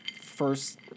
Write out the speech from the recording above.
first